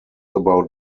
about